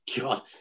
God